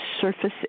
surface